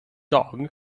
dog